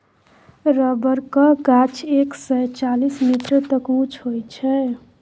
रबरक गाछ एक सय चालीस मीटर तक उँच होइ छै